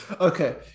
Okay